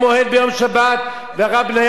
והרב בניהו שמואלי היה הסנדק,